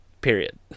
period